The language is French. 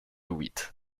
witt